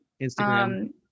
Instagram